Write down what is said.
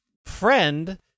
friend